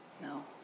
No